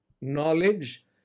Knowledge